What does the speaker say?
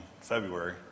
February